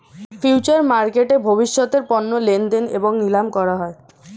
future মার্কেটে ভবিষ্যতের পণ্য লেনদেন এবং নিলাম করা হয়